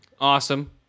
Awesome